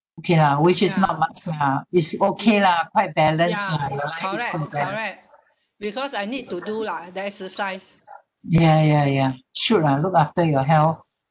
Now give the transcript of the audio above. okay lah which is not much lah is okay lah quite balance lah your ya ya ya should ah look after your health